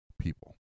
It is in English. people